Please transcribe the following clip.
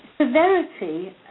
Severity